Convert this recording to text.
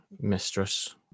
mistress